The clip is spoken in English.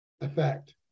effect